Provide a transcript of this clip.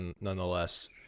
nonetheless